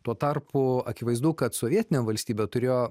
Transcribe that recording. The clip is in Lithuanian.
tuo tarpu akivaizdu kad sovietinė valstybė turėjo